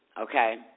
Okay